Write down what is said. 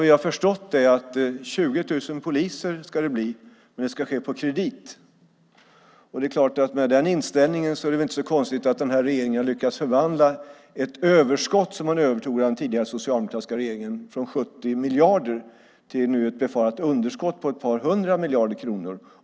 Vi har förstått att det ska bli 20 000 poliser, men det ska ske på kredit. Med inställningen att allting ska skötas på kredit i fortsättningen är det inte så konstigt att den här regeringen har lyckats förvandla ett överskott, som man övertog från den tidigare socialdemokratiska regeringen, på 70 miljarder till ett befarat underskott på ett par hundra miljarder kronor.